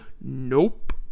Nope